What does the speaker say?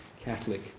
Catholic